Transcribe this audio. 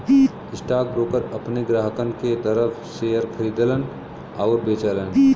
stockbroker अपने ग्राहकन के तरफ शेयर खरीदलन आउर बेचलन